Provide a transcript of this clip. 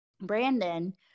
Brandon